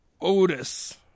Otis